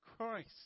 Christ